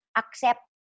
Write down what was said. accept